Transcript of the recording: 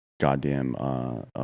goddamn